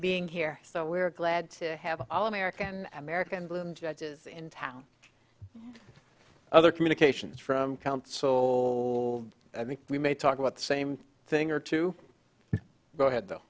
being here so we're glad to have all american american blue and judges in town other communications from count so i think we may talk about the same thing or two go ahead though